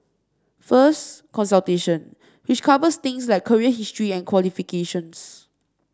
first consultation which covers things like career history and qualifications